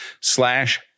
slash